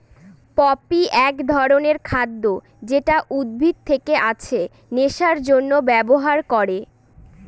poppy এক ধরনের খাদ্য যেটা উদ্ভিদ থেকে আছে নেশার জন্যে ব্যবহার করে